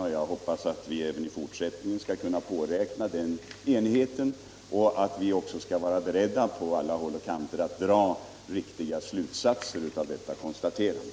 Och jag hoppas att vi även i fortsättningen skall kunna påräkna den enigheten och att vi skall vara beredda att på alla håll och kanter dra riktiga slutsatser av detta konstaterande.